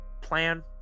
plan